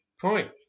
point